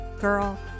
Girl